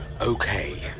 Okay